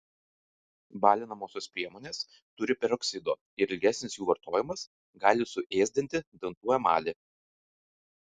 balinamosios priemonės turi peroksido ir ilgesnis jų vartojimas gali suėsdinti dantų emalį